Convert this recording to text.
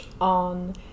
on